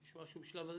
בבקשה.